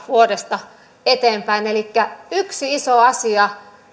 vuodesta kaksituhattakahdeksantoista eteenpäin elikkä yksi iso asia